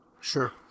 Sure